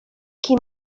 kim